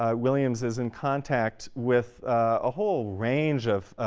ah williams is in contact with a whole range of